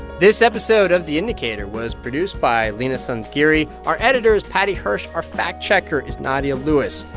this episode of the indicator was produced by leena sanzgiri. our editor is paddy hirsch. our fact-checker is nadia lewis.